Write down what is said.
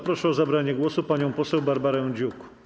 Proszę o zabranie głosu panią poseł Barbarę Dziuk.